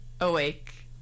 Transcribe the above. awake